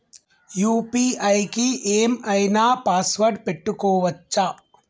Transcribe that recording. UPI కి ఏం ఐనా పాస్వర్డ్ పెట్టుకోవచ్చా?